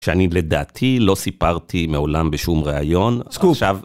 שאני לדעתי לא סיפרתי מעולם בשום ראיון, עכשיו...